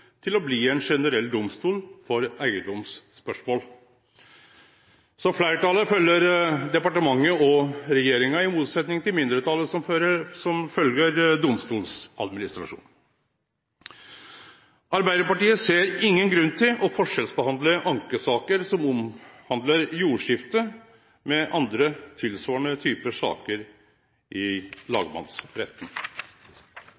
til å bli ein generell domstol for eigedomsspørsmål. Så fleirtalet følgjer departementet og regjeringa, i motsetnad til mindretalet som følgjer Domstoladministrasjonen. Arbeidarpartiet ser ingen grunn til å forskjellsbehandle ankesaker som omhandlar jordskifte og andre tilsvarande type saker i